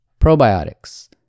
probiotics